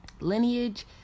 Lineage